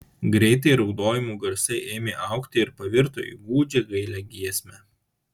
greitai raudojimų garsai ėmė augti ir pavirto į gūdžią gailią giesmę